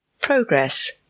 Progress